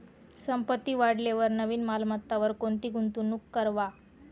संपत्ती वाढेलवर नवीन मालमत्तावर कोणती गुंतवणूक करवा